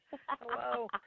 Hello